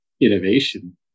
innovation